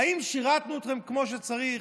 האם שירתנו אתכם כמו שצריך?